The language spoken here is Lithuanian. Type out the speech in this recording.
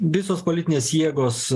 visos politinės jėgos